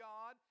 God